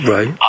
Right